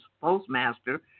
postmaster